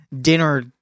dinner